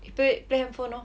he play play handphone lor